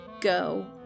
go